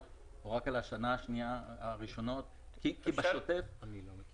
או רק על השנים הראשונות --- אני לא יודע